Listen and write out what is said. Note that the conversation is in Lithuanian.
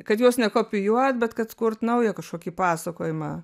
kad juos ne kopijuot bet kad kurt naują kažkokį pasakojimą